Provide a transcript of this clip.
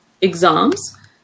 exams